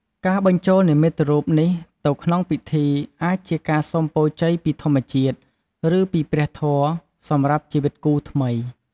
ការបញ្ចូលនិមិត្តរូបនេះទៅក្នុងពិធី អាចជាការសុំពរជ័យពីធម្មជាតិ ឬពីព្រះធម៌ សម្រាប់ជីវិតគូថ្មី។